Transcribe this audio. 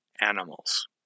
animals